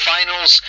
Finals